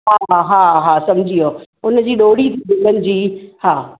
हा हा हा हा सम्झी वयसि हुन जी ॾोरी गुलनि जी हा